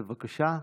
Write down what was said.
בבקשה,